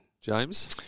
James